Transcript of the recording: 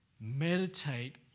Meditate